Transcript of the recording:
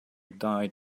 died